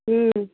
हं